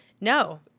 No